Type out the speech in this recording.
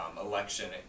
Election